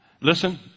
Listen